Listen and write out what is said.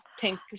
pink